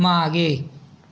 मागे